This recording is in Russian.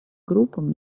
группам